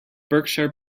berkshire